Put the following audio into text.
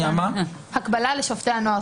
הקבלה לשופטי הנוער.